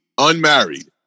Unmarried